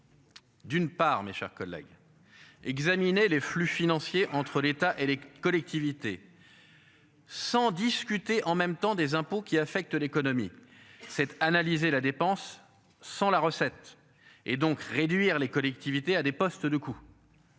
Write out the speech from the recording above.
D'une part, mes chers collègues. Examiner les flux financiers entre l'État et les collectivités. Sans discuter, en même temps des impôts qui affecte l'économie 7. Analyser la dépense sans la recette et donc réduire les collectivités à des postes de coup.